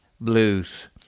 Blues